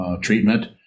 treatment